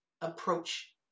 approach